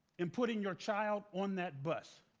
in putting your child on that bus,